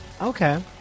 Okay